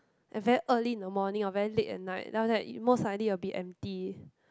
and very early in the morning or very late at night then after that most likely it'll be empty